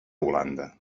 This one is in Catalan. holanda